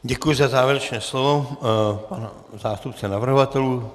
Děkuju za závěrečné slovo panu zástupci navrhovatelů.